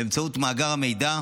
באמצעות מאגר המידע,